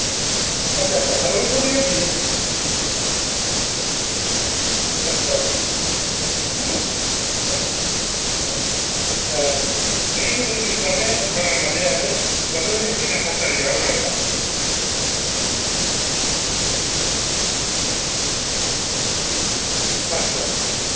अच्छा अच्छा रोज़ खु'ल्ली दी होंदी एह् अच्छा नेईं इयां तुस मिगी सनाओ में बनानां ते ऐ असें मतलब इ'यां किन्ना खर्चा आई जाह्ग बनाने दा अच्छा